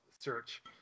search